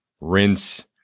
Rinse